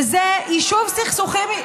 וזה יישוב סכסוכים,